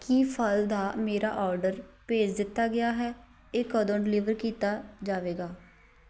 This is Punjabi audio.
ਕੀ ਫ਼ਲ ਦਾ ਮੇਰਾ ਔਡਰ ਭੇਜ ਦਿੱਤਾ ਗਿਆ ਹੈ ਇਹ ਕਦੋਂ ਡਿਲੀਵਰ ਕੀਤਾ ਜਾਵੇਗਾ